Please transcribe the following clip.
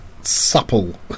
supple